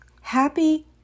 Happy